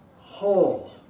whole